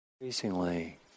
increasingly